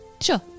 Sure